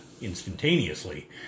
instantaneously